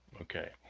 okay